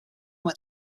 went